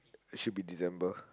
it should be December